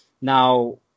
Now